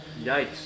Yikes